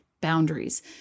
boundaries